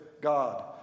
God